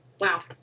Wow